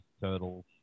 Turtles